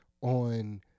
on